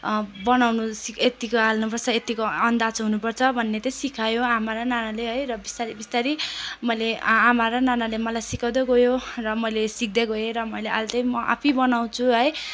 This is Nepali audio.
बनाउनु सिक यत्तिको हाल्नुपर्छ यत्तिको अन्दाज हुनुपर्छ भन्ने चाहिँ सिकायो आमा र नानाले है र बिस्तारै बिस्तारै मैले आ आमा र नानाले मलाई सिकाउँदै गयो र मैले सिक्दै गएँ र मैले अहिले चाहिँ आफै बनाउँछु है